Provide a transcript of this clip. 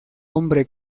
hombre